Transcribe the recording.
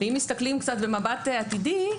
במבט עתידי,